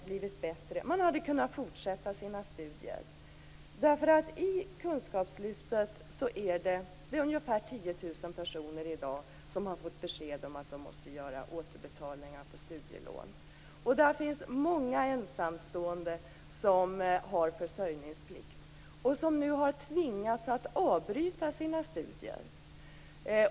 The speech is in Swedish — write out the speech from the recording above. Då hade man kunnat fortsätta sina studier. I kunskapslyftet är det i dag ungefär 10 000 personer som har fått besked om att de måste göra återbetalningar på studielån. Där finns många ensamstående som har försörjningsplikt och som nu har tvingats att avbryta sina studier.